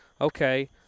okay